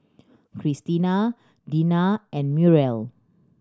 Cristina Deena and Muriel